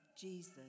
Jesus